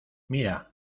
mira